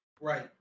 Right